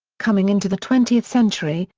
coming into the twentieth century,